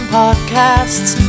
podcasts